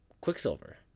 Quicksilver